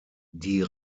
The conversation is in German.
die